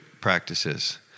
practices